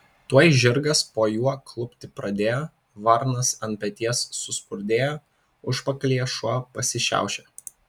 tuoj žirgas po juo klupti pradėjo varnas ant peties suspurdėjo užpakalyje šuo pasišiaušė